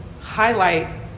highlight